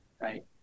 right